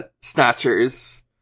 Snatchers